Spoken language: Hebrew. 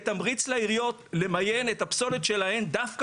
כתמריץ לעיריות למיין את הפסולת שלהן דווקא